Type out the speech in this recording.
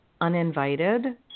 uninvited